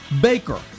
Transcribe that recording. Baker